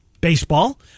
baseball